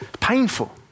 painful